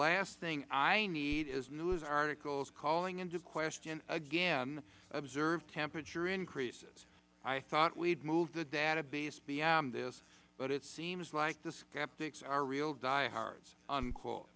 last thing i need is news articles calling into question again observed temperature increases i thought we had moved the database beyond this but it seems like the skeptics are real diehards unquote